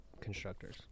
constructors